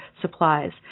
supplies